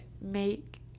make